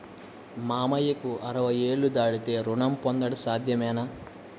మామయ్యకు అరవై ఏళ్లు దాటితే రుణం పొందడం సాధ్యమేనా?